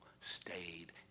stayed